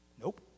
Nope